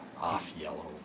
off-yellow